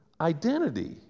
identity